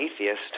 atheist